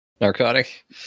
Narcotic